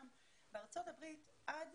בארצות הברית עד